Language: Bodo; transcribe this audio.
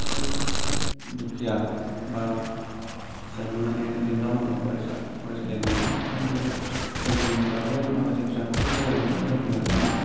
एसे दुखिया बा एसेबां माने जोंगा मागा फरायसालि नङामोन ओंखायनो बेयाव फोरोंगिरिफ्राबो माखासे बिजाबफोरखौ जगायनानै होफैनो हायामोन